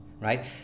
right